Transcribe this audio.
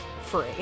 free